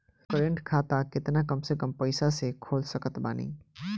Current खाता केतना कम से कम पईसा से खोल सकत बानी?